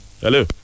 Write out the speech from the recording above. Hello